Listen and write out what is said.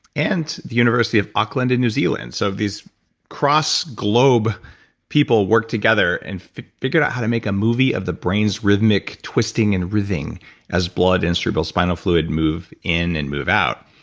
and the university of auckland in new zealand. so these cross globe people worked together and figured out how to make a movie of the brain's rhythmic twisting and writhing as blood and cerebral spinal fluid move in and move out.